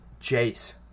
Jace